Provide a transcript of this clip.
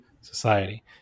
society